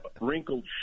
wrinkled